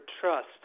trust